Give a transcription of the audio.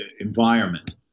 environment